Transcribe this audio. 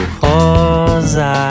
rosa